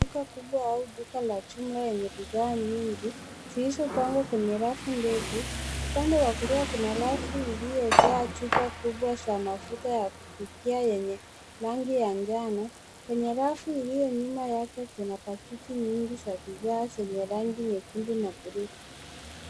Duka kubwa au duka la chuma lenye bidhaa nyingi zilizopangwa kwenye rafu ndefu upande wa kulia kuna rafu iliyojaa chupa kubwa za mafuta ya kupikia yenye rangi ya njano kwenye rafu iliyonyuma yake kuna pakiti nyingi za bidhaa zenye rangi nyekundu na buluu.